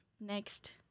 next